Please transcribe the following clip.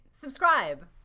subscribe